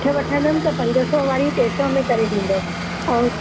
अठ वठंदमि त पंज सौ वारी टे सौ में करे ॾींदव ऐं